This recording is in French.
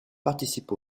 participe